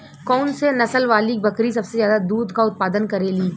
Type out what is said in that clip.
कौन से नसल वाली बकरी सबसे ज्यादा दूध क उतपादन करेली?